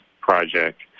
project